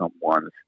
someone's